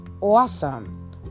awesome